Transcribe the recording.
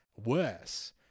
worse